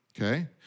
Okay